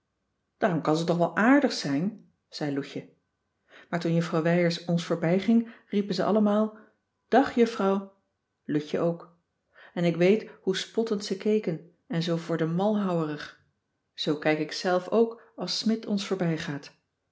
daarom kan ze toch wel aardig zijn zei loutje maar toen juffrouw wijers ons voorbijging riepen cissy van marxveldt de h b s tijd van joop ter heul ze allemaal dag juffrouw loutje ook en ik weet hoe spottend ze keken en zoo voor de mal houerig zoo kijk ik zelf ook als smidt ons